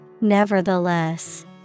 Nevertheless